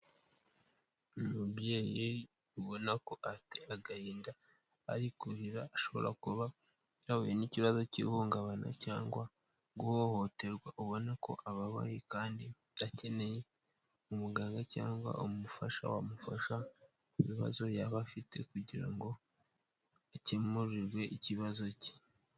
Uyu mubyeyi ubona ko afite agahinda, ari kurira ashobora kuba yahuye n'ikibazo cy'ihungabana cyangwa guhohoterwa, ubona ko ababaye kandi akeneye umuganga cyangwa umufasha wamufasha ku bibazo yaba afite kugira ngo akemurirwe ikibazo cye.